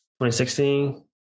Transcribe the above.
2016